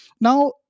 Now